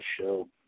show